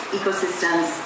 ecosystems